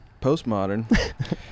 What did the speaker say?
postmodern